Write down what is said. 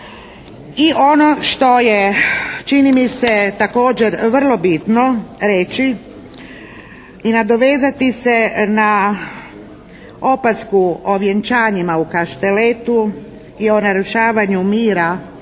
I ono što je čini mi se također vrlo bitno reći i nadovezati se na opasku o vjenčanjima u Kašteletu i o narušavanju mira